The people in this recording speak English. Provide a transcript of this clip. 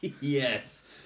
yes